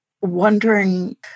wondering